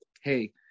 hey